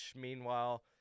meanwhile